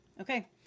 Okay